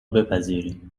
بپذیری